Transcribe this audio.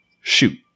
Shoot